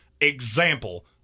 example